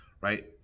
right